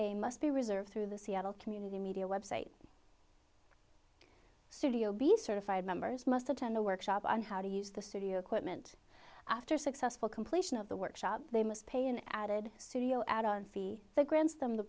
a must be reserved through the seattle community media website studio b certified members must attend a workshop on how to use the studio equipment after successful completion of the workshop they must pay an added studio add on fee that grants them the